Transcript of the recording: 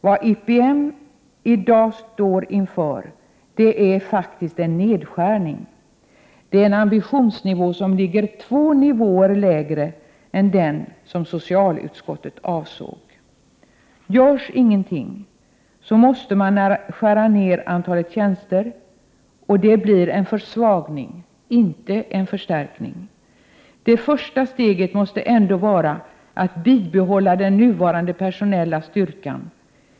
Vad IPM i dag står inför är faktiskt en nedskärning. Detta är en ambitionsnivå som ligger två nivåer lägre än den som socialutskottet avsåg. Om ingenting görs måste man skära ner antalet tjänster, vilket innebär en försvagning och inte en förstärkning. Det första steget måste ändå vara att bibehålla den nuvarande personella styrkan.